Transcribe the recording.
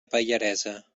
pallaresa